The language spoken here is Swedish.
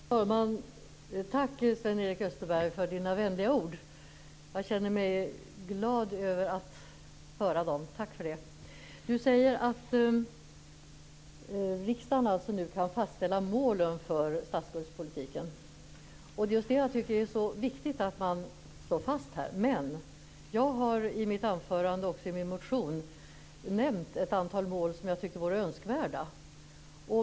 Herr talman! Jag vill tacka Sven-Erik Österberg för hans vänliga ord. Jag känner mig glad över att höra dem. Tack för det! Han säger att riksdagen nu kan fastställa målen för statsskuldspolitiken. Det är just det jag tycker att det är så viktigt att man slår fast här. Men jag har i mitt anförande, och också i min motion, nämnt ett antal mål som jag tycker vore önskvärda.